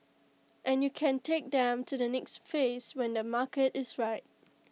and you can take them to the next phase when the market is right